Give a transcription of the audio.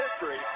history